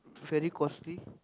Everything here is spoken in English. very costly